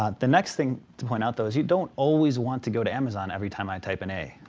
ah the next thing to point out though is you don't always want to go to amazon every time i type in a.